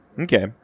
Okay